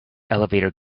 elevator